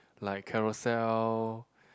like Carousell